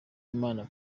imana